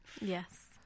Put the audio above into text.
yes